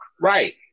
right